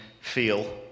feel